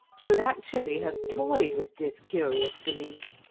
should actually have toyed with this curious belief,